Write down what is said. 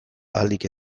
ahalik